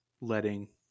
letting